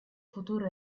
futuro